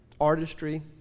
artistry